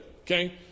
Okay